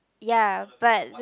ya but